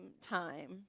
time